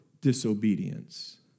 disobedience